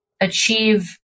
achieve